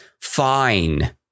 fine